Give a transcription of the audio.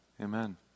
Amen